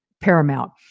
paramount